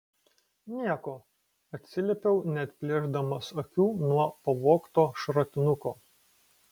nieko atsiliepiau neatplėšdamas akių nuo pavogto šratinuko